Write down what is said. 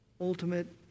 ultimate